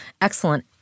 Excellent